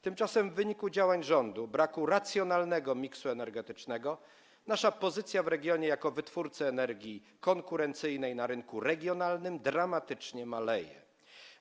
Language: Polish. Tymczasem w wyniku działań rządu, braku racjonalnego miksu energetycznego nasza pozycja w regionie jako wytwórcy energii konkurencyjnej na rynku regionalnym dramatycznie się osłabia.